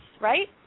right